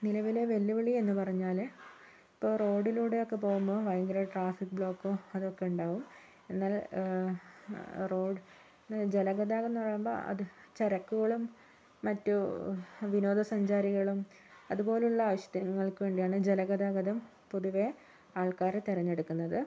നിലവിലെ വെല്ലുവിളി എന്ന് പറഞ്ഞാല് ഇപ്പോൾ റോഡിലൂടെയോക്കെ പോകുമ്പോൾ ഭയങ്കര ട്രാഫിക് ബ്ലോക്കോ അതൊക്കെ ഉണ്ടാകും എന്നാൽ റോഡ് ജല ഗതാഗതം എന്ന് പറയുമ്പോൾ അത് ചരക്കുകളും മറ്റു വിനോദസഞ്ചാരികളും അതുപോലുള്ള ആവിശ്യങ്ങൾക്ക് വേണ്ടിയാണ് ജലഗതാഗതം പൊതുവെ ആൾക്കാര് തിരഞ്ഞെടുക്കുന്നത്